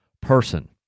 person